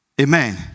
Amen